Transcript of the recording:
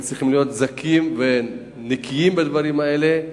הם צריכים להיות זכים ונקיים מהדברים האלה,